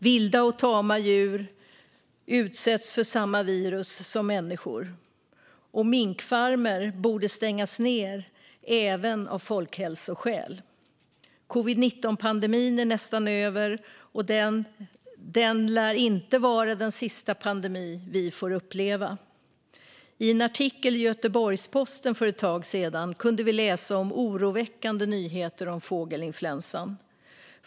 Vilda och tama djur utsätts för samma virus som människor. Minkfarmer borde stängas ned även av folkhälsoskäl. Covid-19-pandemin är nästan över, men den lär inte vara den sista pandemi vi får uppleva. I en artikel i Göteborgsposten för ett tag sedan kunde vi läsa oroväckande nyheter om fågelinfluensan.